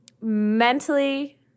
mentally